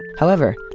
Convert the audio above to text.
however,